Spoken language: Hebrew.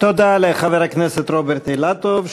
תודה לחבר הכנסת רוברט אילטוב,